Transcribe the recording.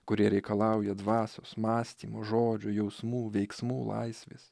kurie reikalauja dvasios mąstymo žodžių jausmų veiksmų laisvės